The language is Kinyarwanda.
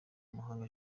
amahanga